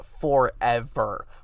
forever